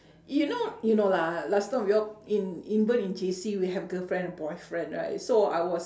you know you know lah last time we all in even in J_C we have girlfriend and boyfriend right so I was